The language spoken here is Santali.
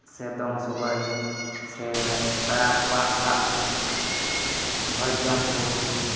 ᱥᱮ ᱫᱚᱝ ᱥᱚᱜᱚᱭ ᱥᱮ ᱯᱮᱲᱟ ᱠᱚᱣᱟᱜ ᱚᱲᱟᱜ ᱦᱚᱸ ᱵᱷᱚᱡᱽ ᱡᱚᱢ ᱠᱚ